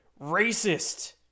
racist